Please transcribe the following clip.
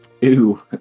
Ew